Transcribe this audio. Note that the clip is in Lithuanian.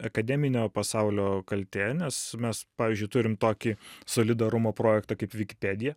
akademinio pasaulio kaltė nes mes pavyzdžiui turim tokį solidarumo projektą kaip wikipedia